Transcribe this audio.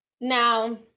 Now